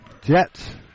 Jets